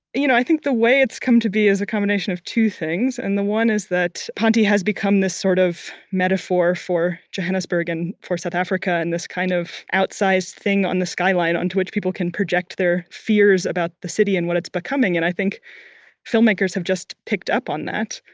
you know i think the way it's come to be is a combination of two things, and the one is that ponte has become this sort of metaphor for johannesburg and for south africa and this kind of outsized thing on the skyline skyline onto which people can project their fears about the city and what it's becoming. i think filmmakers have just picked up on that.